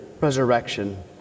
resurrection